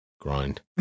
Grind